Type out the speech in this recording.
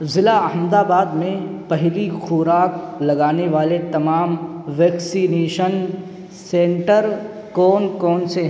ضلع احمدآباد میں پہلی خوراک لگانے والے تمام ویکسینیشن سنٹر کون کون سے